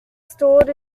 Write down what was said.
stalled